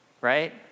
Right